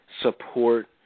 support